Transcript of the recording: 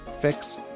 Fix